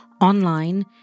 online